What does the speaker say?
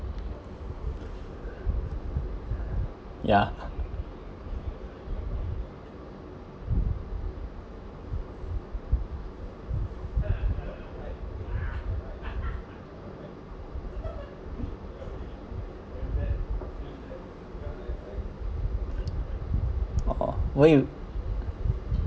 ya oh where you